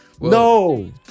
no